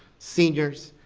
seniors,